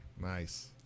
Nice